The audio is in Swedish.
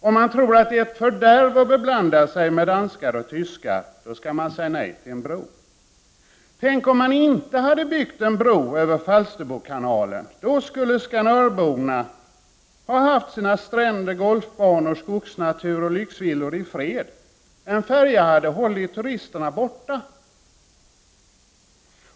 Om man tror att det är ett fördärv att beblanda sig med danskar och tyskar, skall man säga nej till en bro. Tänk om man inte hade byggt en bro över Falsterbokanalen! Då skulle skanörborna ha haft sina stränder, sina golfbanor, sin skogsnatur och sina lyxvillor i fred. En färja hade hållit turisterna borta.